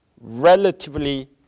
relatively